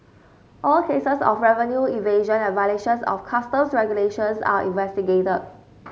all cases of revenue evasion and violations of Customs regulations are investigated